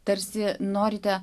tarsi norite